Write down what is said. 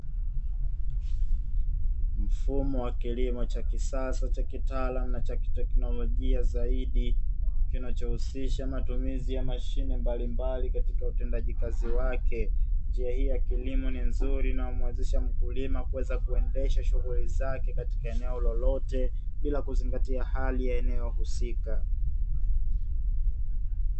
Mfumo wa kilimo cha kisasa cha kitaalamu na chaki teknolojia zaidi, kinachohusisha matumizi ya mashine mbalimbali katika utendaji kazi wake, njia hii ya kilimo ni nzuri inayomwezesha mkulima kuweza kuendesha shughuli zake katika eneo lolote bila kuzingatia hali ya eneo husika.